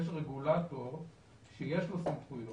יש רגולטור שיש לו סמכויות,